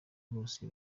bose